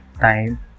time